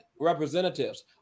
representatives